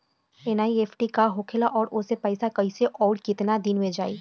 NEFT का होखेला और ओसे पैसा कैसे आउर केतना दिन मे जायी?